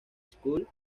school